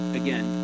again